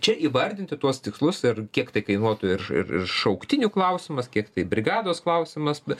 čia įvardinti tuos tikslus ir kiek tai kainuotų ir ir ir šauktinių klausimas kiek tai brigados klausimas na